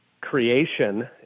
creation